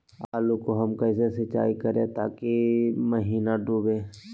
आलू को हम कैसे सिंचाई करे ताकी महिना डूबे?